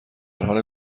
حال